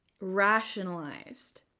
rationalized